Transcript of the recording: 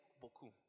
beaucoup